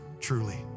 truly